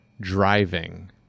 driving